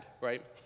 right